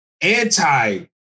anti